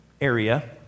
area